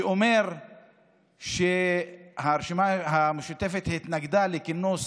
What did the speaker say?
שאומר שהרשימה המשותפת התנגדה לכינוס